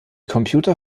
computer